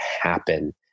happen